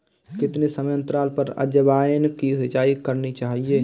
कितने समयांतराल पर अजवायन की सिंचाई करनी चाहिए?